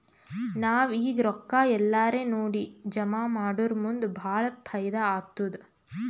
ನಾವ್ ಈಗ್ ರೊಕ್ಕಾ ಎಲ್ಲಾರೇ ನೋಡಿ ಜಮಾ ಮಾಡುರ್ ಮುಂದ್ ಭಾಳ ಫೈದಾ ಆತ್ತುದ್